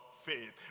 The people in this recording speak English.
faith